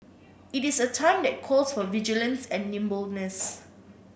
it is a time that calls for vigilance and nimbleness